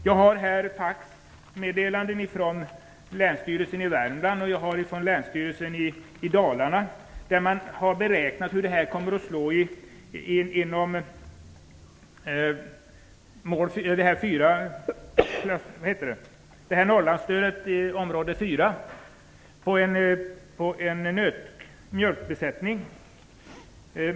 Jag har här faxmeddelanden från länsstyrelserna i Värmland och i Dalarna där man har beräknat hur det här kommer att slå inom område 4 på en besättning av mjölkkor.